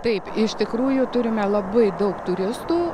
taip iš tikrųjų turime labai daug turistų